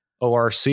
ORC